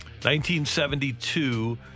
1972